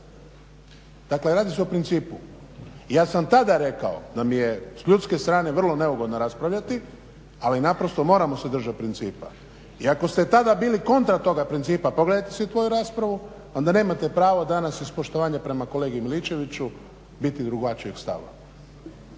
Dakle, radi se o principu. I ja sam tada rekao da mi je s ljudske strane vrlo neugodno raspravljati ali naprosto moramo se držati principa. I ako ste tada bili kontra toga principa, pogledajte si tu raspravu onda nemate pravo iz poštovanja prema kolegi Miličeviću biti drugačijeg stava.